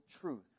truth